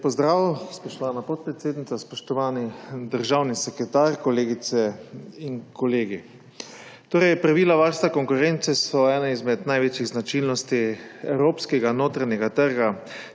spoštovani državni sekretar, kolegice in kolegi! Pravila varstva konkurence so ena izmed največjih značilnosti evropskega notranjega trga.